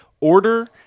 order